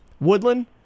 Woodland